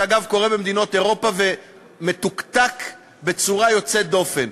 שאגב קורה במדינות אירופה ומתוקתק בצורה יוצאת דופן.